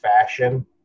fashion